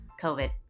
COVID